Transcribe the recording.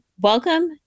welcome